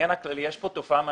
תופעה מעניינת.